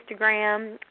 Instagram